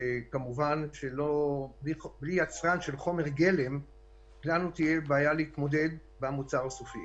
שכמובן שבלי יצרן של חומר גלם תהיה לנו בעיה להתמודד במוצר הסופי.